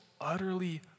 utterly